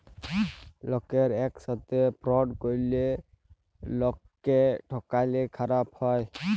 লকের সাথে ফ্রড ক্যরলে লকক্যে ঠকালে খারাপ হ্যায়